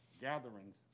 gatherings